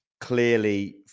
clearly